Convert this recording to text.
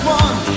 one